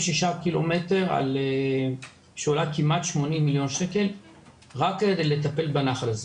ק"מ שעולה כמעט 80,000,000 רק כדי לטפל בנחל הזה.